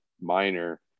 minor